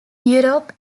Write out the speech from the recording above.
europe